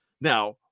Now